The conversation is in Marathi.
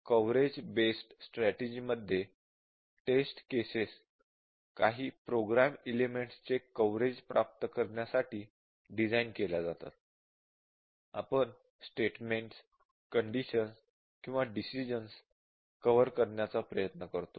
कव्हरेज बेस्ड स्ट्रॅटेजि मध्ये टेस्ट केसेस काही प्रोग्राम एलिमेंट्स चे कव्हरेज प्राप्त करण्यासाठी डिझाइन केल्या जातात आपण स्टेटमेंटन्स कंडिशन्स किंवा डिसिशन्स कव्हर करण्याचा प्रयत्न करतो